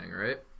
right